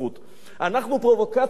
אנחנו פרובוקציה של הנצרות,